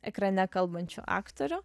ekrane kalbančių aktorių